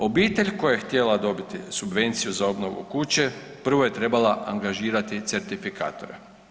Obitelj koja je htjela dobiti subvenciju za obnovu kuće, prvo je trebala angažirati certifikatore.